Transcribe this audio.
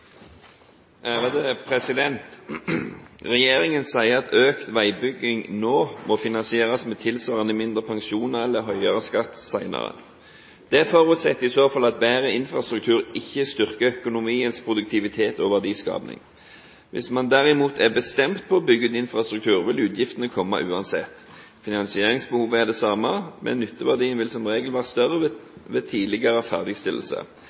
økt veibygging nå må finansieres med tilsvarende mindre pensjoner eller høyere skatt senere. Det forutsetter i så fall at bedre infrastruktur ikke styrker økonomiens produktivitet og verdiskaping. Dersom man derimot er bestemt på å bygge ut infrastruktur, vil utgiftene komme uansett. Finansieringsbehovet